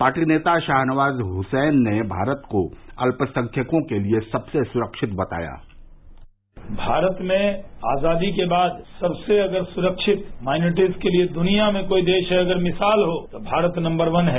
party नेता शाहनवाज हुसैन ने भारत को अल्पसंख्यकों के लिए सबसे सुरक्षित बताया भारत में आजादी के बाद सबसे अगर सुरक्षित माइनोरिटीज के लिए दुनिया में अगर कोई देश है अगर मिसाल हो तो भारत नम्बर वन है